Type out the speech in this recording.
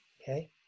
okay